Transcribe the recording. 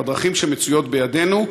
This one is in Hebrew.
בדרכים שמצויות בידינו,